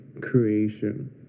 creation